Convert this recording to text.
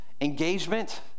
Engagement